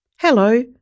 Hello